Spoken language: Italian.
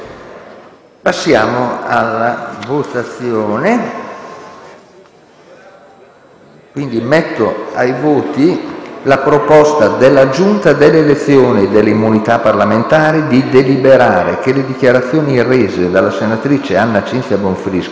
Passiamo alla votazione